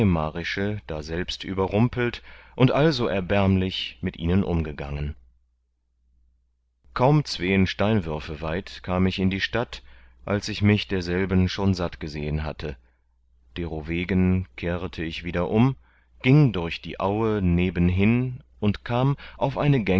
daselbst überrumpelt und also erbärmlich mit ihnen umbgangen kaum zween steinwürfe weit kam ich in die stadt als ich mich derselben schon satt gesehen hatte derowegen kehrete ich wieder um gieng durch die aue neben hin und kam auf eine